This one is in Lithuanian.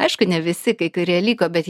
aišku ne visi kai kurie liko bet